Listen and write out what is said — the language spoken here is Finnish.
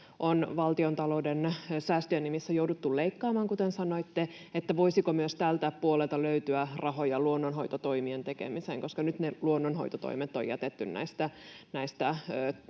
on valtiontalouden säästöjen nimissä jouduttu leikkaamaan, kuten sanoitte, niin voisiko myös tältä puolelta löytyä rahoja luonnonhoitotoimien tekemiseen, koska nyt ne luonnonhoitotoimet on jätetty näiden